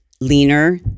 leaner